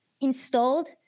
installed